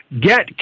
get